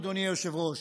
אדוני היושב-ראש,